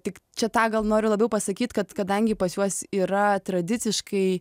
tik čia tą gal nori labiau pasakyt kad kadangi pas juos yra tradiciškai